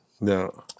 No